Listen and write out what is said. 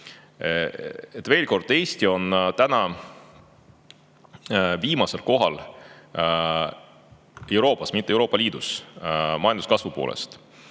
Veel kord, Eesti on täna viimasel kohal Euroopas – mitte Euroopa Liidus – majanduskasvu poolest.